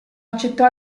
accettò